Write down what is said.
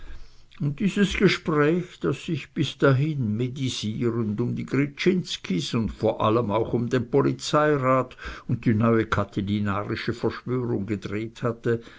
und dieses gespräch das sich bis dahin medisierend um die gryczinskis und vor allem auch um den polizeirat und die neue katilinarische verschwörung gedreht hatte